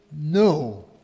no